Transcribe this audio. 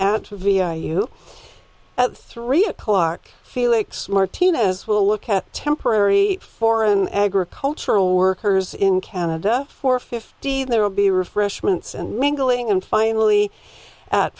you at three o'clock felix martinez will look at temporary foreign agricultural workers in canada for fifty there will be refreshments and mingling and finally at